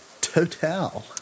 Total